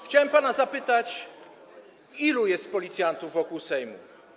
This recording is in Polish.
Chciałem pana zapytać: Ilu jest policjantów wokół Sejmu?